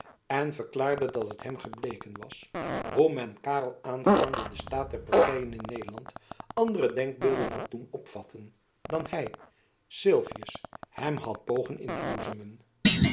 en verklaarde dat het hem gebleken was hoe men karel aangaande den staat der partyen in nederland andere denkbeelden had doen opvatten dan hy sylvius hem had pogen in te